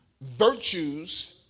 virtues